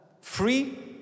free